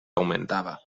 augmentava